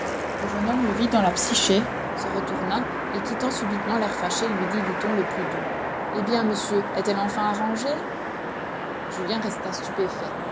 le jeune homme le vit dans la psyché se retourna et quittant subitement l'air fâché lu dit du ton le plus doux hé bien monsieur est-elle enfin arrangée julien resta stupéfait